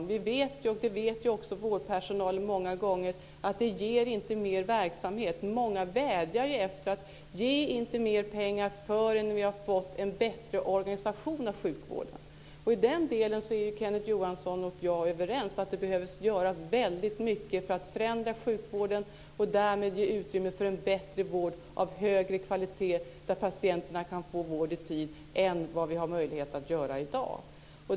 Men vi vet ju, och många gånger också vårdpersonalen, att det inte ger mer verksamhet. Många vädjar och säger: Ge inte mer pengar förrän vi har fått en bättre organisation av sjukvården! I den delen är Kenneth Johansson och jag överens. Väldigt mycket behöver göras för att förändra sjukvården och därmed ge utrymme för en bättre vård, en vård av högre kvalitet, där patienterna kan få hjälp i tid; detta jämfört med vad vi i dag har möjligheter att göra.